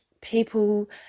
people